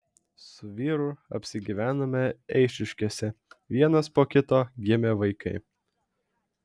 su vyru apsigyvenome eišiškėse vienas po kito gimė vaikai